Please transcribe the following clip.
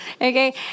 Okay